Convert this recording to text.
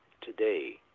today